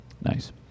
Nice